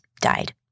died